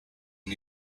new